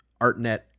Artnet